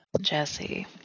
Jesse